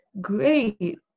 Great